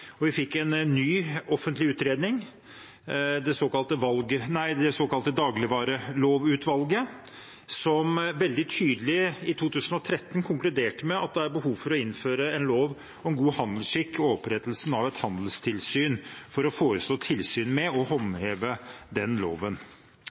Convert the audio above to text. og vi fikk en ny offentlig utredning, det såkalte dagligvarelovutvalget, som i 2013 veldig tydelig konkluderte med at det var behov for å innføre en lov om god handelsskikk og opprettelse av et handelstilsyn for å forestå tilsyn med